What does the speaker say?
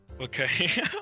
Okay